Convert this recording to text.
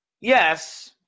Yes